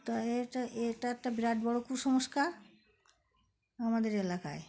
তো এটা এটা একটা বিরাট বড় কুসংস্কার আমাদের এলাকায়